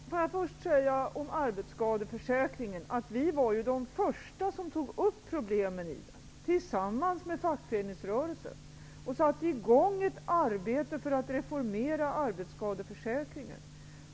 Herr talman! När det gäller arbetsskadeförsäkringen vill jag säga att vi var de första att ta upp problemen i denna. Det gjorde vi tillsammans med fackföreningsrörelsen. Vi satte i gång ett arbete för att reformera arbetsskadeförsäkringen.